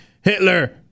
Hitler